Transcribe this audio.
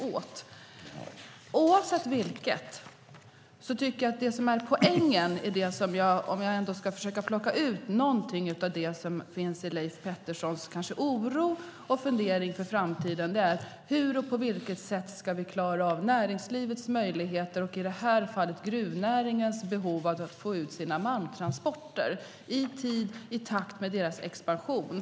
I vilket fall som helst tycker jag att poängen, om jag ska plocka ut något av det som finns i Leif Petterssons oro och fundering för framtiden, är frågorna hur och på vilket sätt vi ska klara av näringslivets möjligheter, i det här fallet gruvnäringens behov av att få ut sina malmtransporter i takt med expansionen?